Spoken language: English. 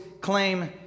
claim